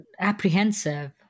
apprehensive